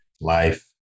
life